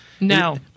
No